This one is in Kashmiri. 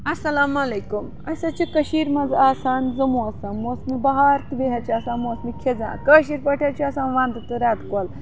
اَسَلام علیکُم أسۍ حظ چھِ کٔشیٖر مَنٛز آسان زٕ موسم موسمہٕ بہار تہٕ بیٚیہِ حظ چھِ آسان موسمہٕ خِزان کٲشِر پٲٹھۍ حظ چھِ آسان وَنٛدٕ تہٕ رٮ۪تہٕ کو